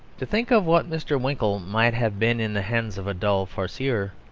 to think of what mr. winkle might have been in the hands of a dull farceur,